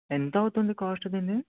ఎంత అవుతుంది కాస్ట్ దీనిది